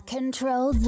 Control